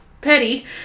Petty